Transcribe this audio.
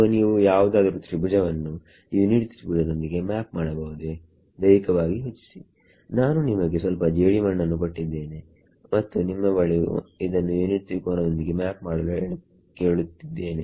so ನೀವು ಯಾವುದಾದರು ತ್ರಿಭುಜವನ್ನು ಯುನಿಟ್ ತ್ರಿಭುಜದೊಂದಿಗೆ ಮ್ಯಾಪ್ ಮಾಡಬಹುದೇ ದೈಹಿಕವಾಗಿ ಯೋಚಿಸಿ ನಾನು ನಿಮಗೆ ಸ್ವಲ್ಪ ಜೇಡಿಮಣ್ಣನ್ನು ಕೊಟ್ಟಿದ್ದೇನೆ ಮತ್ತು ನಿಮ್ಮ ಬಳಿ ಇದನ್ನು ಯುನಿಟ್ ತ್ರಿಕೋನದೊಂದಿಗೆ ಮ್ಯಾಪ್ ಮಾಡಲು ಕೇಳುತ್ತಿದ್ದೇನೆ